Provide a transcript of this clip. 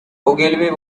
ogilvy